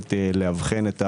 יכולת לאבחן את זה?